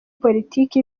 politiki